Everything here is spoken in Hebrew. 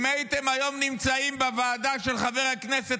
אם הייתם היום נמצאים בוועדה של חבר הכנסת